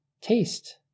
taste